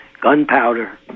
gunpowder